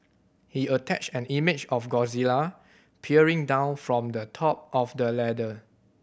he attached an image of Godzilla peering down from the top of the ladder